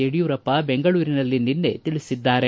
ಯಡಿಯೂರಪ್ಪ ಬೆಂಗಳೂರಿನಲ್ಲಿ ನಿನ್ನೆ ತಿಳಿಸಿದ್ದಾರೆ